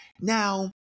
Now